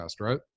Right